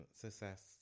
success